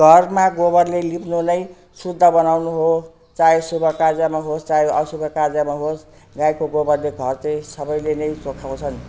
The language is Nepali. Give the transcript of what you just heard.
घरमा गोबरले लिप्नु नै शुद्ध बनाउनु हो चाहे शुभ कार्यमा होस् चाहे अशुभ कार्यमा होस् गाईको गोबरले घर चाहिँ सबैले नै चोख्याउँछन्